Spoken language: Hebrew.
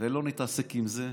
ולא נתעסק עם זה.